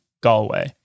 Galway